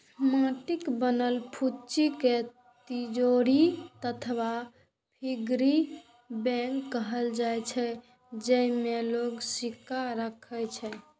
माटिक बनल फुच्ची कें तिजौरी अथवा पिग्गी बैंक कहल जाइ छै, जेइमे लोग सिक्का राखै छै